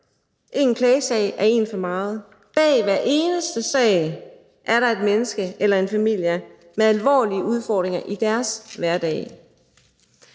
en klagesag er en for meget. Bag hver eneste sag er der et menneske eller en familie med alvorlige udfordringer i deres hverdag.